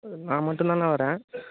நான் மட்டும்தாண்ண வரேன்